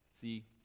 See